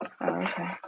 Okay